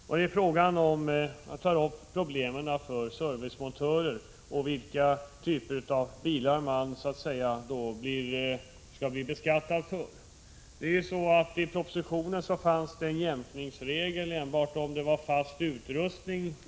Det gäller frågan om servicemontörerna och vilka typer av bilar som i deras fall skulle bli föremål för beskattning. I propositionen föreslogs att en jämkningsregel skulle gälla i fråga om fast utrustning.